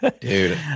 Dude